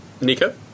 Nico